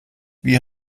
wie